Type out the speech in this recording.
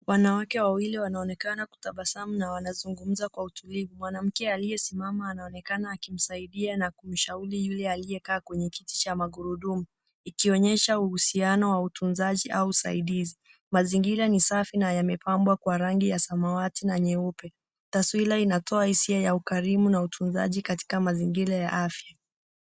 Wanawake wawili wanaonekana kutabasamu na wanazungumza kwa utulivu, Mwanamke aliyesimama anaonekana akimsaidia na kumshauri yule aliyekaa kwenye kiti cha magurudumu, ikionyesha uhusiano wa utunzaji au usaidizi. Mazingira ni safi na yamepambwa kwa rangi ya samawati na nyeupe. Taswira inatoa hisia ya ukalimu na utunzaji katika mazingira ya afya.